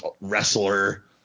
wrestler